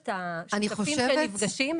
שלושת השותפים שנפגשים,